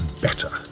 better